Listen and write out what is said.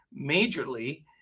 majorly